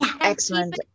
Excellent